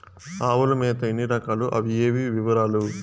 ఆవుల మేత ఎన్ని రకాలు? అవి ఏవి? వివరాలు?